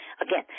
Again